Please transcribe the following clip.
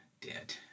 dead